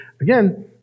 again